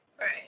Right